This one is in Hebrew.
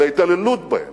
על ההתעללות בהן,